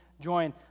join